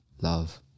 love